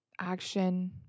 action